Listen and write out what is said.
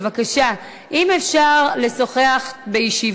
חברי הכנסת, בבקשה, אם אפשר, לשוחח בישיבה.